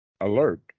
alert